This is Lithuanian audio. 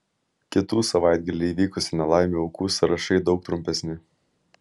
kitų savaitgalį įvykusių nelaimių aukų sąrašai daug trumpesni